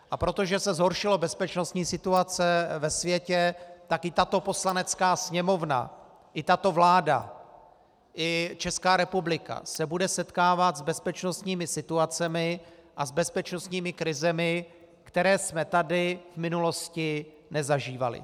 A protože se zhoršila bezpečnostní situace ve světě, tak i tato Poslanecká sněmovna i tato vláda i Česká republika se budou setkávat s bezpečnostními situacemi a s bezpečnostními krizemi, které jsme tady v minulosti nezažívali.